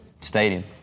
Stadium